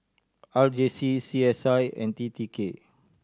R J C C S I and T T K